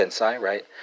right